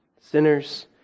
sinners